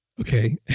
Okay